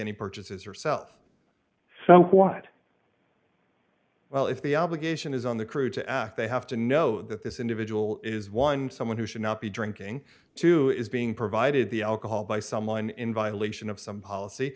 any purchases herself so what well if the obligation is on the crew to act they have to know that this individual is one someone who should not be drinking to is being provided the alcohol by someone in violation of some policy